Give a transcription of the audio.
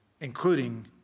including